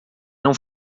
não